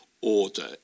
order